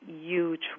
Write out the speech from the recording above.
huge